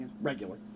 Regular